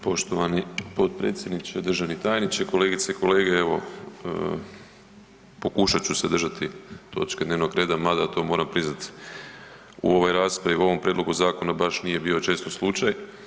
Poštovani potpredsjedniče, državni tajniče, kolegice i kolege, evo pokušati ću se držati točke dnevnog reda mada to moram priznati u ovoj raspravi, u ovom prijedlogu zakona baš nije bio često slučaj.